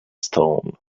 stone